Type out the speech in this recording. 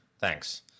Thanks